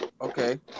Okay